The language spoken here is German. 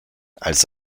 als